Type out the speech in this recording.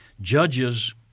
judges